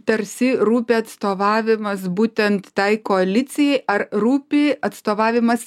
tarsi rūpi atstovavimas būtent tai koalicijai ar rūpi atstovavimas